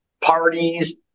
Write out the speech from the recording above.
parties